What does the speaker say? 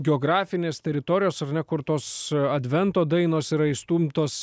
geografinės teritorijos ar ne kur tos advento dainos yra išstumtos